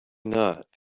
not